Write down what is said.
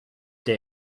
day